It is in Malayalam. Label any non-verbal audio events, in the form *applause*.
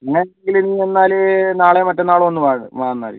*unintelligible* നീ എന്നാൽ നാളെയോ മറ്റന്നാളോ ഒന്നു വാ എന്നാൽ